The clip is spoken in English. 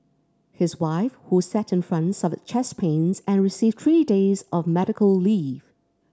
his wife who sat in front suffered chest pains and received three days of medical leave